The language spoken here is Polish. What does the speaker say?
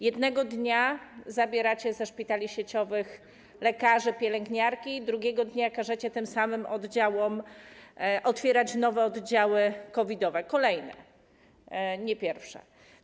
Jednego dnia zabieracie ze szpitali sieciowych lekarzy, pielęgniarki, drugiego dnia każecie tym samym oddziałom otwierać nowe oddziały COVID-owe, kolejne, nie pierwsze.